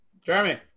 Jeremy